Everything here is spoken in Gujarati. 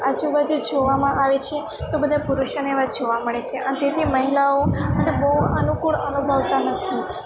આજુબાજુ જોવામાં આવે છે તો બધા પુરુષોને એવા જ જોવા મળે છે અને તેથી મહિલાઓ અને બહુ અનુકૂળ અનુભવતા નથી તેથી